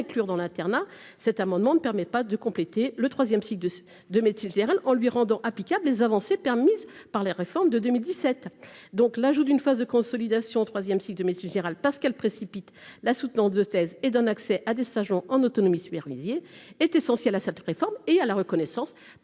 dans l'internat, cet amendement ne permet pas de compléter le troisième cycle de de médecine générale en lui rendant applicable les avancées permises par la réforme de 2017, donc l'ajout d'une phase de consolidation 3ème cycle de médecine générale parce qu'elle précipite la soutenance de thèse et d'un accès à des stages en en autonomistes Berbizier est essentielle à cette réforme et à la reconnaissance